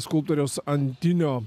skulptoriaus antinio